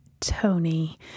Tony